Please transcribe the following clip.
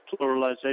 pluralization